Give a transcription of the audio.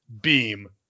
beam